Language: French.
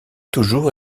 toujours